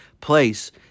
place